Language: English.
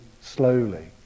slowly